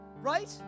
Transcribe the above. Right